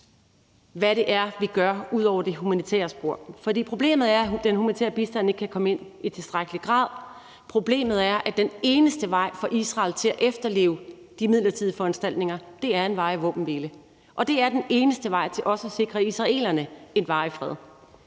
hvad det er, vi gør ud over det humanitære spor. For problemet er, at den humanitære bistand ikke kan komme ind i tilstrækkelig grad. Problemet er, at den eneste vej for Israel til at efterleve de midlertidige foranstaltninger er en varig våbenhvile. Det er den eneste vej til at sikre også israelerne en varig fred.